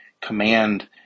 command